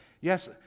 Yes